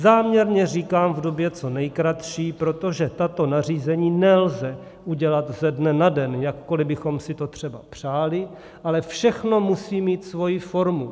Záměrně říkám v době co nejkratší, protože tato nařízení nelze udělat ze dne na den, jakkoli bychom si to třeba přáli, ale všechno musí mít svoji formu.